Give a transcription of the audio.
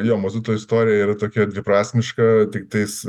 jo mazuto istorija yra tokia dviprasmiška tiktais